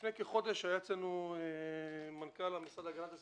לפני כחודש היה אצלנו מנכ"ל המשרד להגנת הסביבה,